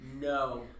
No